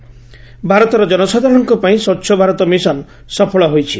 ଭାରତର ଜନସାଧାରଣଙ୍କ ପାଇଁ ସ୍ୱଛ ଭାରତ ମିଶନ ସଫଳ ହୋଇଛି